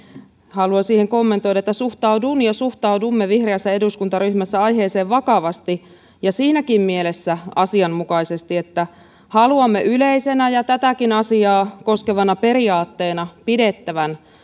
haluan siihen kommentoida että suhtaudun ja suhtaudumme vihreässä eduskuntaryhmässä aiheeseen vakavasti ja siinäkin mielessä asianmukaisesti että haluamme yleisenä ja tätäkin asiaa koskevana periaatteena pidettävän